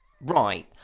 Right